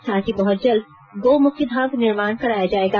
साथ ही बहत जल्द गो मुक्तिधाम का निर्माण कराया जाएगा